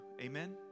Amen